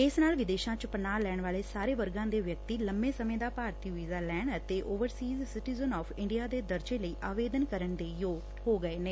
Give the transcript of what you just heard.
ਇਸ ਨਾਲ ਵਿਦੇਸ਼ਾਂ ਚ ਪਨਾਹ ਲੈਣ ਵਾਲੇ ਸਾਰੇ ਵਰਗਾਂ ਦੇ ਵਿਅਕਤੀ ਲੰਮੇ ਸਮੇਂ ਦਾ ਭਾਰਤੀ ਵੀਜ਼ਾ ਲੈਣ ਅਤੇ ਓਵਰਸੀਜ ਸੀਟੀਜਨ ਆਫ਼ ਇੰਡੀਆ ਦੇ ਦਰਜ਼ੇ ਲਈ ਆਵੇਦਨ ਕਰਨ ਦੇ ਯੋਗ ਹੋ ਗਏ ਨੇ